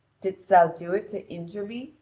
didst thou do it to injure me,